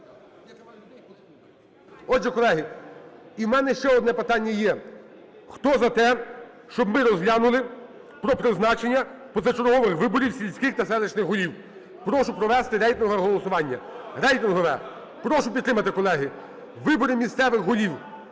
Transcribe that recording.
Отже, колеги, і в мене ще одне питання є. Хто за те, щоб ми розглянули про призначення позачергових виборів сільських та селищних голів. Прошу провести рейтингове голосування. Рейтингове, прошу підтримати, колеги, - вибори місцевих голів.